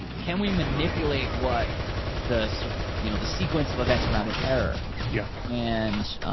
and can we manipulate what the you know the sequence of events around an error? yeah and